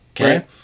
Okay